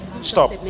Stop